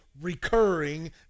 recurring